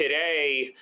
Today